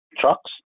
Trucks